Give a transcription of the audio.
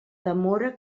demora